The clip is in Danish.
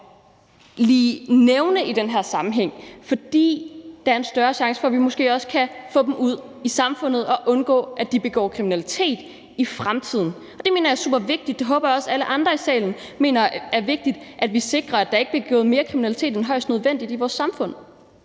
kan nævnes i den her sammenhæng, fordi der måske også er en større chance for, at vi kan få dem ud i samfundet og undgå, at de begår kriminalitet i fremtiden. Det mener jeg er supervigtigt, og jeg håber også, at alle andre her i salen mener, det er vigtigt, at vi sikrer, at der ikke bliver begået mere kriminalitet end højst nødvendigt i vores samfund.